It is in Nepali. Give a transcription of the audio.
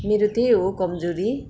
मेरो त्यही हो कमजोरी